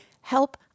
help